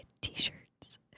t-shirts